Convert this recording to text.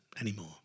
anymore